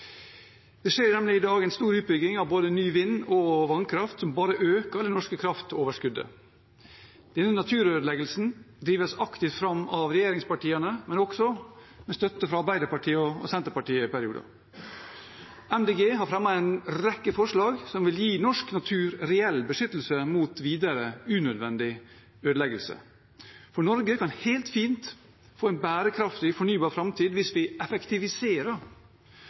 Det skjer nemlig i dag en stor utbygging av ny både vind- og vannkraft, som bare øker det norske kraftoverskuddet. Denne naturødeleggelsen drives aktivt fram av regjeringspartiene, men også med støtte fra Arbeiderpartiet og Senterpartiet i perioder. Miljøpartiet De Grønne har fremmet en rekke forslag som vil gi norsk natur reell beskyttelse mot videre unødvendig ødeleggelse. Norge kan helt fint få en bærekraftig fornybar framtid hvis vi effektiviserer